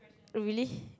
really